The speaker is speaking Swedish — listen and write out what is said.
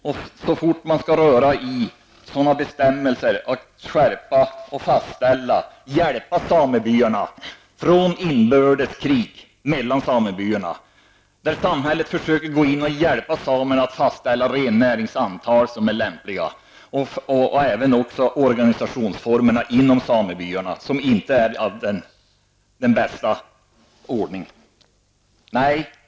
Men så fort man skall röra i sådana bestämmelser som gäller renskötseln -- när samhället försöker gå in och hjälpa samerna att fastställa lämpligt renantal för att rädda samebyarna från inbördes krig och att även fastställa lämpliga organisationsformer inom samebyarna, där ordningen inte är den bästa -- höjs det ramaskrin.